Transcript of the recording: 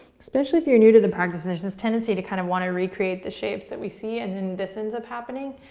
especially if you're new to the practice there's a tendency to kind of want to recreate the shapes that we see, and then this ends up happening.